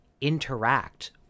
interact